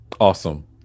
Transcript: Awesome